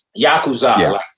Yakuza